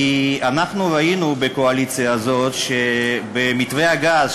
כי אנחנו ראינו בקואליציה הזו שבמתווה הגז,